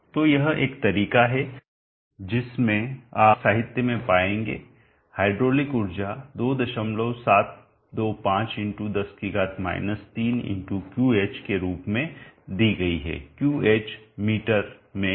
तो यह एक तरीका है जिसमें आप साहित्य में पाएंगे हाइड्रोलिक ऊर्जा 2725×10 3×Qh के रूप में दी गई है Qh मीटर में है